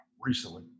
recently